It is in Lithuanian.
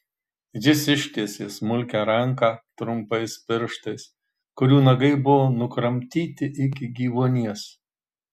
jis ištiesė smulkią ranką trumpais pirštais kurių nagai buvo nukramtyti iki gyvuonies